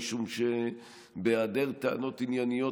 משום שבהיעדר טענות ענייניות,